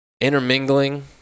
intermingling